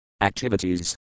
activities